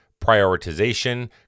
prioritization